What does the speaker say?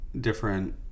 different